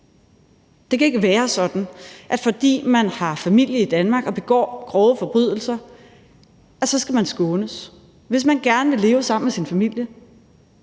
Det kan ikke være sådan, at man, fordi man har familie i Danmark og begår grove forbrydelser, skal skånes. Hvis man gerne vil leve sammen med sin familie,